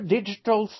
Digital